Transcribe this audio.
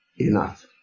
enough